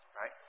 right